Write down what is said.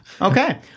Okay